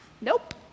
Nope